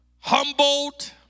humbled